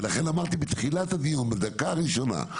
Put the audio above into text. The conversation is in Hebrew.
ולכן אמרתי בתחילת הדיון בדקה הראשונה,